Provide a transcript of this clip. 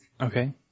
Okay